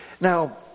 Now